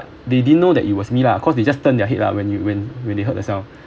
they didn't know that it was me lah because you just turn your head lah when you when you heard the sound